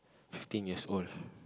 fifteen years old